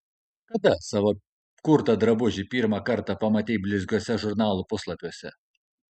kada savo kurtą drabužį pirmą kartą pamatei blizgiuose žurnalų puslapiuose